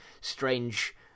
strange